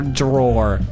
drawer